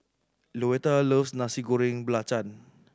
Louetta loves Nasi Goreng Belacan